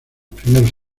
primeros